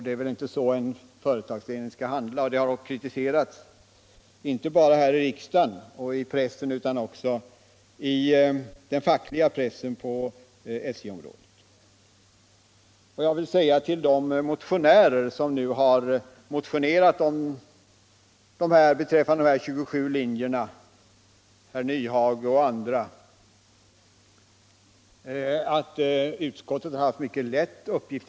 Det är inte så en företagsledning skall handla, och det har också kritiserats inte bara här i riksdagen och 1 dagstidningarna utan även i den fackliga pressen på SJ-området. Jag vill säga till de ledamöter som motionerat beträffande dessa 27 linjer — herr Nyhage och andra — att utskottet i det fallet haft en mycket lätt uppgift.